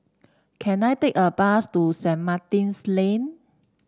can I take a bus to Saint Martin's Lane